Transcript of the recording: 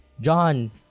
John